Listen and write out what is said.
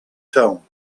tone